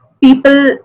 people